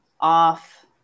off